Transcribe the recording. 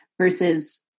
versus